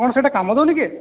କ'ଣ ସେଇଟା କାମ ଦେଉନି କି